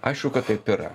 aišku kad taip yra